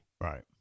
Right